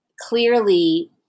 Clearly